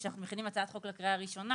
כשאנחנו מכינים הצעת חוק לקריאה ראשונה,